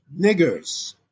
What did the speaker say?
niggers